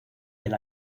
del